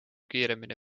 kiiremini